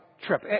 trip